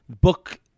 book